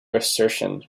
assertion